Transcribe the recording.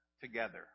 together